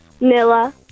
Nilla